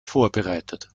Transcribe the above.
vorbereitet